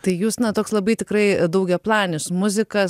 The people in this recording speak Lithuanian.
tai jūs na toks labai tikrai daugiaplanis muzikas